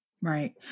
Right